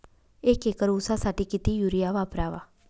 एक एकर ऊसासाठी किती युरिया वापरावा?